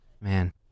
man